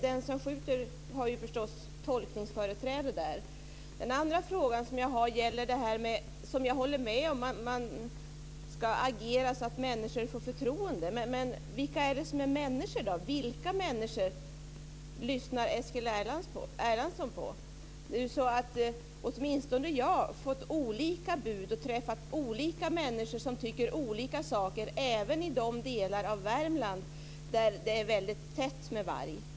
Den som skjuter har ju förstås tolkningsföreträde. Den andra frågan gäller, som jag håller med om, att man ska agera så att människor får förtroende. Men vilka människor lyssnar Eskil Erlandsson på? Jag har fått olika bud och träffat olika människor som tycker olika även i de delar av Värmland där det är väldigt tätt med varg.